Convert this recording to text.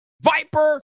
Viper